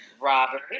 Robert